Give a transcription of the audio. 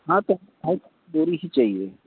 हाँ तो ढाई सौ बोरी ही चाहिए